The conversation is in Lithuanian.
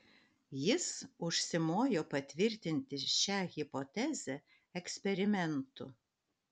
jis užsimojo patvirtinti šią hipotezę eksperimentu